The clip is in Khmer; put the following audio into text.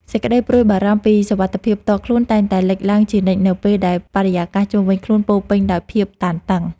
សេចក្តីព្រួយបារម្ភពីសុវត្ថិភាពផ្ទាល់ខ្លួនតែងតែលេចឡើងជានិច្ចនៅពេលដែលបរិយាកាសជុំវិញខ្លួនពោរពេញដោយភាពតានតឹង។